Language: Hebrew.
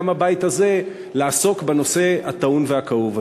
גם הבית הזה לעסוק בנושא הטעון והכאוב הזה.